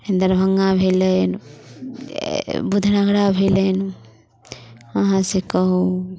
दरभंगा भेलनि बुधनगरा भेलनि कहाँसँ कहू